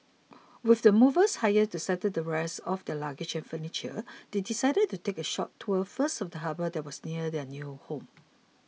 with the movers hired to settle the rest of their luggage and furniture they decided to take a short tour first of the harbour that was near their new home